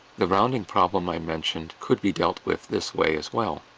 the rounding problem i mentioned could be dealt with this way as well.